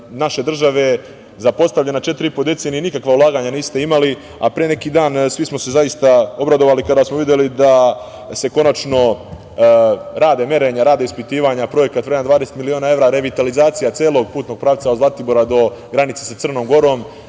naše države, zapostavljena je 4,5 decenije, nikakva ulaganja niste imali, a pre neki dan svi smo se zaista obradovali kada smo videli da se konačno rade merenja, rade ispitivanja, projekat vredan 20 miliona evra, revitalizacija celog putnog pravca od Zlatibora do granice sa Crnom Gorom.